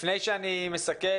לפני שאני מסכם,